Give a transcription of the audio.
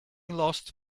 lost